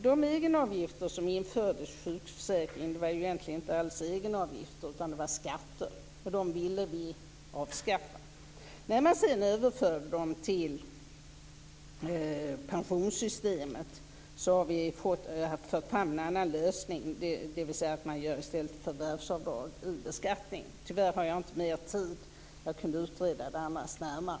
De egenavgifter som infördes i sjukförsäkringen - det var egentligen inte egenavgifter utan skatter - ville vi avskaffa. När de sedan överfördes till pensionssystemet förde vi fram en annan lösning, dvs. att i stället göra förvärvsavdrag i beskattningen. Tyvärr har jag inte mer tid att utreda frågan närmare.